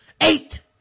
Eight